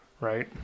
right